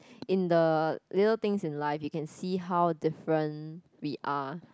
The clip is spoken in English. in the little things in life you can see how different we are